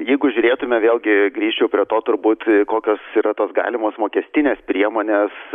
jeigu žiūrėtume vėlgi grįšiu prie to turbūt kokios yra tos galimos mokestinės priemonės